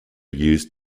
used